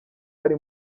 ari